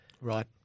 Right